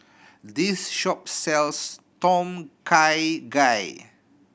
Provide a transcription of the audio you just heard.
this shop sells Tom Kha Gai